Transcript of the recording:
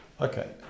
Okay